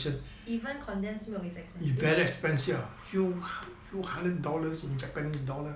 even condensed milk is expensive